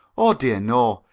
oh, dear, no!